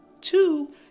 Two